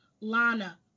Lana